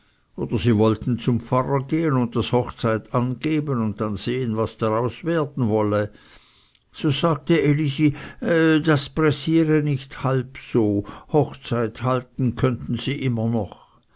oder sie wollten zum pfarrer gehen und das hochzeit angeben und dann sehen was daraus werden wolle so sagte elisi das pressiere nicht halb so hochzeit halten könne sie immer noch